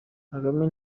kagame